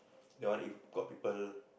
that one if got people